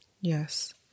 Yes